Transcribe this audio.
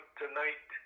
tonight